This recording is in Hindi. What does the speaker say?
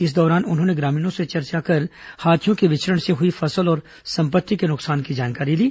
इस दौरान उन्होंने ग्रामीणों से चर्चा कर हाथियों के विचरण से हुई फसल और संपत्ति के नुकसान की जानकारी ली